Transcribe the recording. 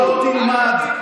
לא תלמד.